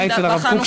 הבעיה אצל הרב קוק,